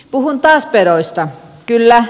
puhun taas pedoista kyllä